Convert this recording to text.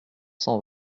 cent